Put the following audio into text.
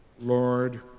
Lord